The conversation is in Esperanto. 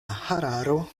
hararo